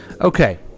Okay